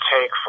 take